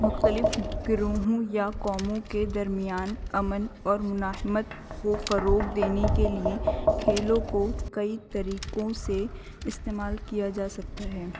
مختلف گروہوں یا قوموں کے درمیان امن اور مزاحمت کو فروغ دینے کے لیے کھیلوں کو کئی طریقوں سے استعمال کیا جا سکتا ہے